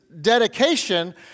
dedication